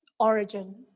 origin